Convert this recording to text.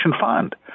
fund